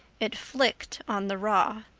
it flicked on the raw.